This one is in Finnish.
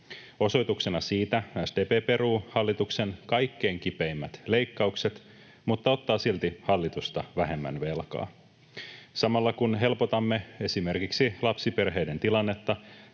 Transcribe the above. Osoituksena siitä SDP peruu hallituksen kaikkein kipeimmät leikkaukset mutta ottaa silti hallitusta vähemmän velkaa. Samalla kun helpotamme esimerkiksi lapsiperheiden tilannetta,